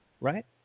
right